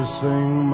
sing